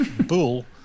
bull